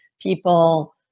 people